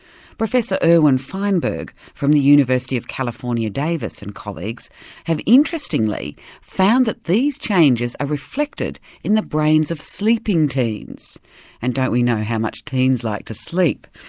professor irwin feinberg from the university of california davis and colleagues have interestingly found that these changes are reflected in the brains of sleeping teens and don't we know how much teens like to sleep.